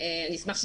נשמח אם